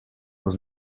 was